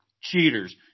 Cheaters